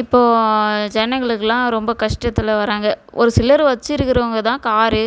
இப்போது ஜனங்களுக்கெலாம் ரொம்ப கஷ்டத்தில் வர்றாங்க ஒரு சிலர் வச்சுருக்குறவங்க தான் காரு